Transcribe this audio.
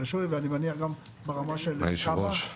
בוקר טוב לכולם.